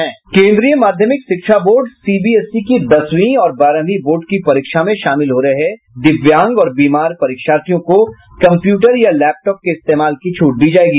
केन्द्रीय माध्यमिक शिक्षा बोर्ड सीबीएसई की दसवीं और बारहवीं बोर्ड की परीक्षा में शामिल हो रहे दिव्यांग और बीमार परीक्षार्थियों को कम्प्यूटर या लैपटॉप के इस्तेमाल की छूट दी जायेगी